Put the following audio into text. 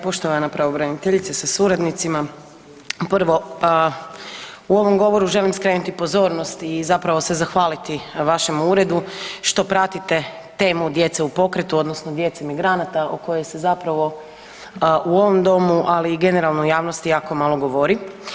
Poštovana pravobraniteljice sa suradnicima, prvo u ovom govoru želim skrenuti pozornost i zapravo se zahvaliti vašem uredu što pratite temu djece u pokretu odnosno djece migranata o kojoj se zapravo u ovom domu ali i generalno javnosti jako malo govori.